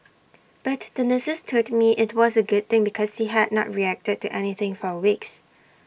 but the nurses told me IT was A good thing because he had not reacted to anything for weeks